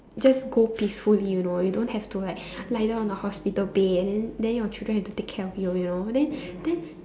just go peacefully you know you don't have to like lie down on the hospital bed and then then your children have to take care of you you know then then